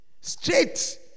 straight